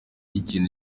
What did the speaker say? ikintu